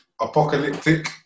apocalyptic